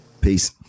Peace